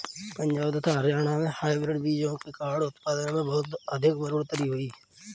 पंजाब तथा हरियाणा में हाइब्रिड बीजों के कारण उत्पादन में बहुत अधिक बढ़ोतरी हुई